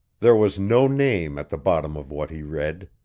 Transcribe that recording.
there was no name at the bottom of what he read.